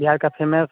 बिहार का फेमस